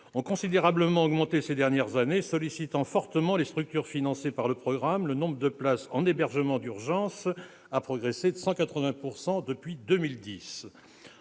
ont considérablement augmenté ces dernières années, sollicitant fortement les structures financées par le programme- le nombre de places en hébergement d'urgence a progressé de 180 % depuis 2010.